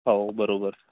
हो बरोबर